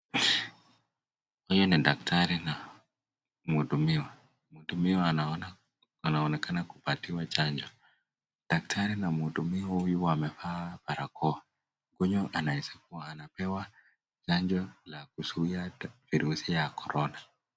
Hii ni daktari na mhudumiwa. Mhudumiwa anaona anaonekana kupatiwa chanjo. Daktari na mhudumiwa huyu wamevaa barakoa. Huyu anaweza kuwa anapewa chanjo la kuzuia virusi ya korona.